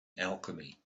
alchemy